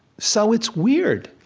so it's weird.